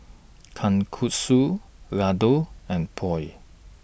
Kalguksu Ladoo and Pho